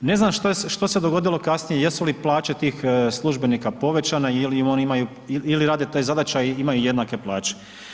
Ne znam što se dogodilo kasnije, jesu li plaće tih službenika povećane, ili oni imaju, ili rade te zadaće i imaju jednake plaće.